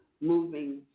moving